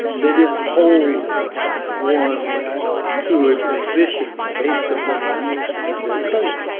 they didn't hold one to a position based upon their color.